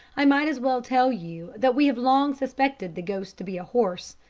i might as well tell you that we have long suspected the ghost to be a horse,